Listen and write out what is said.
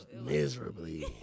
miserably